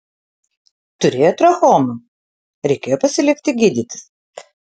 turėjo trachomą reikėjo pasilikti gydytis